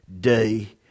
day